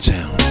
Town